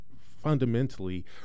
fundamentally